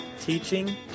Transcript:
teaching